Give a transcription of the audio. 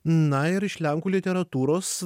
na ir iš lenkų literatūros